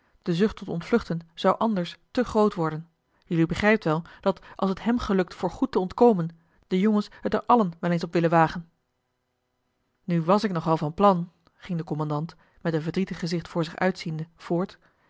de zucht tot ontvluchten zou anders te groot worden jullie begrijpt wel dat als het hem gelukt voor goed te ontkomen de jongens het er allen wel eens op willen wagen nu was ik nog wel van plan ging de kommandant met een verdrietig gezicht voor zich uitziende voort